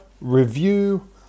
review